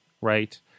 right